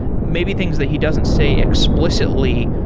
maybe things that he doesn't say explicitly,